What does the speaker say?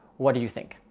what do you think?